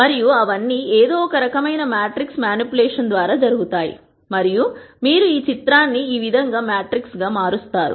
మరియు అవన్నీ ఏదో ఒక రకమైన మ్యాట్రిక్స్ మ్యానిప్యులేషన్ ద్వారా జరుగు తాయి మరియు మీరు చిత్రాన్ని ఈ విధంగా మ్యాట్రిక్స్ గా మారుస్తా రు